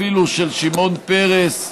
אפילו של שמעון פרס,